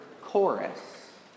chorus